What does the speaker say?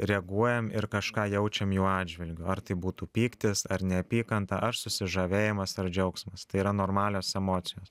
reaguojam ir kažką jaučiam jų atžvilgiu ar tai būtų pyktis ar neapykanta ar susižavėjimas ar džiaugsmas tai yra normalios emocijos